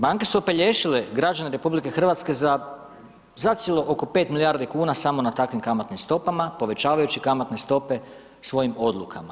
Banke su opelješile građane RH za zacijelo oko 5 milijardi kuna samo na takvim kamatnim stopama povećavajući kamatne stope svojim odlukama.